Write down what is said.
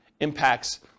impacts